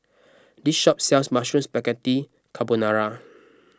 this shop sells Mushroom Spaghetti Carbonara